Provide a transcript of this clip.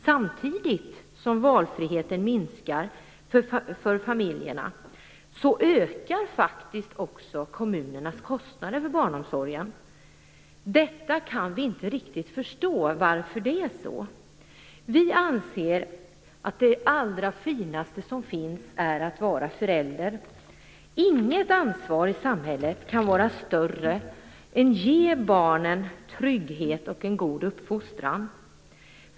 Samtidigt som valfriheten för familjerna minskar så ökar faktiskt kommunernas kostnader för barnomsorgen. Vi kan inte riktigt förstå varför det är så. Vi anser att det allra finaste som finns är att vara förälder. Inget ansvar i samhället kan vara större än att ge barnen trygghet och en god uppfostran.